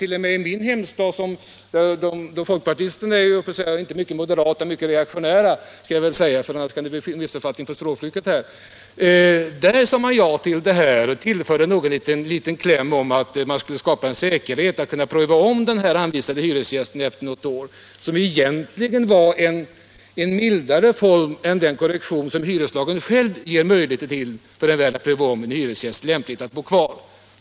T. o. m. i min hemstad, där folkpartisterna är rätt mycket moderata eller reaktionära — det måste jag väl säga för att det inte skall bli någon missuppfattning med avseende på språkbruket — sade man ja och tillade en liten kläm om att man skulle skapa en säkerhet för att kunna ompröva efter något år när det gällde den anvisade hyresgästen. Det var egentligen en mildare form än den korrektion som hyreslagen själv ger möjligheter till för en värd vid prövning av om det är lämpligt för en hyresgäst att bo kvar.